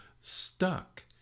stuck